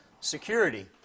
security